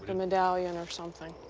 and medallion or something,